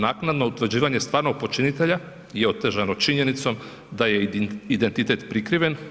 Naknadno utvrđivanje stvarnog počinitelja je otežano činjenicom da je identitet prikriven.